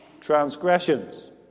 transgressions